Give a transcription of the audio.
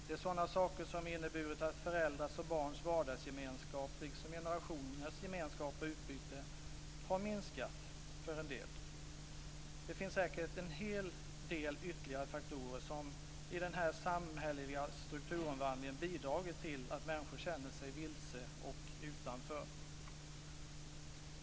Det är sådana saker som har inneburit att föräldrars och barns vardagsgemenskap, liksom generationernas gemenskap och utbyte, har minskat för en del. Det finns säkert en hel del ytterligare faktorer som i den här samhälleliga strukturomvandlingen har bidragit till att människor känner sig vilse och utanför.